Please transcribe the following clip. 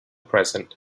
present